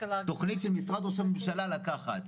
תכנית של משרד ראש הממשלה לקחת,